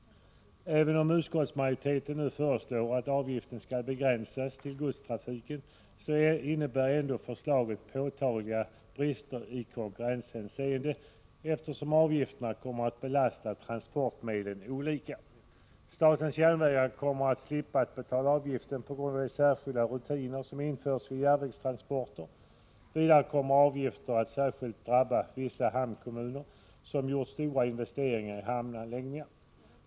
Även om utskottsmajoriteten nu föreslår att avgiften skall begränsas till godstrafiken, så innebär ändå förslaget påtagliga brister i konkurrenshänseende, eftersom avgiften kommer att belasta transportmedlen olika. Statens järnvägar kommer att slippa att betala avgiften på grund av de särskilda rutiner som införs för järnvägstransporter. Vidare kommer avgiften att särskilt drabba vissa kommuner som gjort stora investeringar i hamnanläggningar.